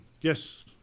yes